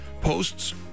posts